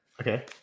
Okay